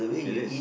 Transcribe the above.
it is